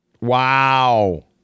Wow